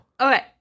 Okay